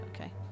Okay